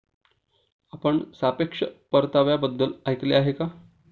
आपण सापेक्ष परताव्याबद्दल ऐकले आहे का?